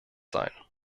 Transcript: sein